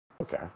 Okay